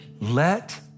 Let